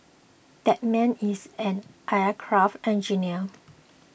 that man is an aircraft engineer